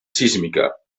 sísmica